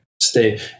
stay